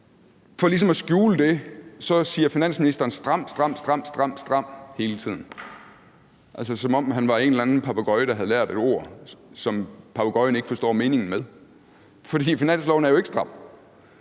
For ligesom at skjule det siger finansministeren hele tiden stram, stram, stram, altså som om han var en eller anden papegøje, der havde lært et ord, som papegøjen ikke forstår meningen med. For finansloven er jo ikke stram.